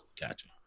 Gotcha